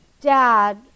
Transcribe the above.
dad